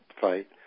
fight